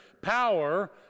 Power